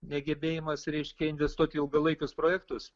negebėjimas reiškia investuoti į ilgalaikius projektus